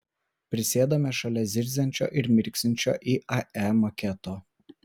prisėdame šalia zirziančio ir mirksinčio iae maketo